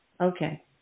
Okay